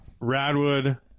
Radwood